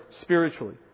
spiritually